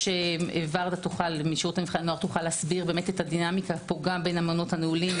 ורדה תוכל להסביר את הדינמיקה גם בין המעונות הנעולים,